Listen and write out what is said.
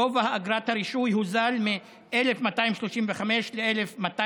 גובה אגרת הרישוי הוזל מ-1,235 ל-1,226,